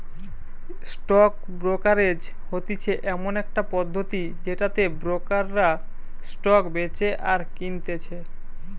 stock brokerage হতিছে এমন একটা পদ্ধতি যেটাতে ব্রোকাররা স্টক বেচে আর কিনতেছে